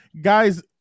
guys